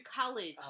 college